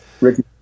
Ricky